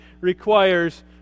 requires